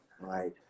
right